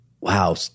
wow